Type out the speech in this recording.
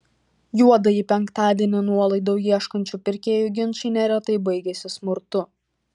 juodąjį penktadienį nuolaidų ieškančių pirkėjų ginčai neretai baigiasi smurtu